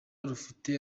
rufite